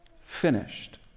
finished